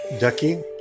Ducky